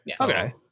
Okay